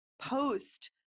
post